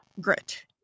Grit